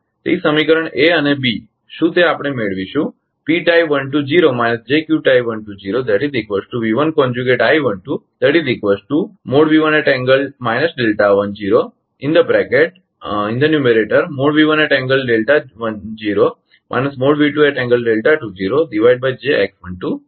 તેથી સમીકરણ એ અને બી શું તે આપણે મેળવીશું